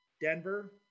Denver